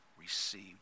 received